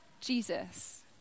Jesus